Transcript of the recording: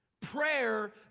Prayer